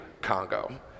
Congo